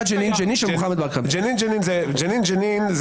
ג'נין ג'נין.